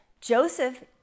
Joseph